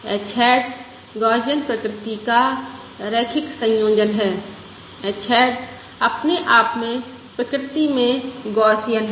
h hat Gaussian प्रकृति का रैखिक संयोजन है h हैट अपने आप में प्रकृति में गौसियन है